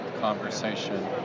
conversation